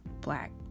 black